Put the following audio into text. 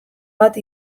bat